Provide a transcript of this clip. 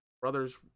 brothers